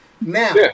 Now